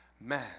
Man